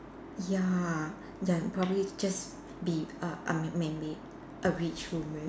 ya ya probably just be a a may~ maybe a rich woman